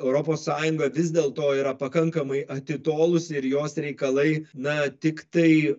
europos sąjunga vis dėlto yra pakankamai atitolusi ir jos reikalai na tiktai